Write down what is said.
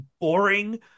boring